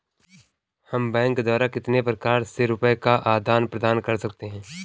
हम बैंक द्वारा कितने प्रकार से रुपये का आदान प्रदान कर सकते हैं?